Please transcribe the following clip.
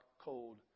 cold